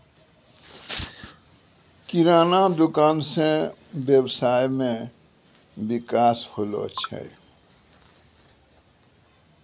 किराना दुकान से वेवसाय मे विकास होलो छै